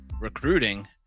recruiting